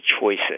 choices